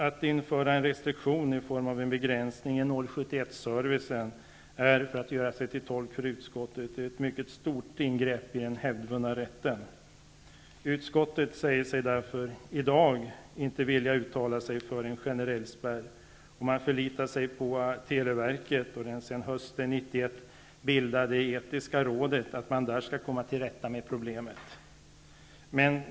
Att införa en restriktion i form av en begränsning i 071-servicen är -- för att göra sig till tolk för utskottet -- ett mycket stort ingrepp i den hävdvunna rätten. Utskottet säger sig därför i dag inte vilja uttala sig för en generell spärr, och man förlitar sig på att televerket och det under hösten 1991 bildade etiska rådet skall komma till rätta med problemet.